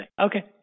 Okay